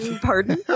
Pardon